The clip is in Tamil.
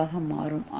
ஏவாக மாறும்